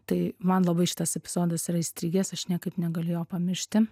tai man labai šitas epizodas yra įstrigęs aš niekaip negaliu jo pamiršti